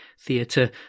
theatre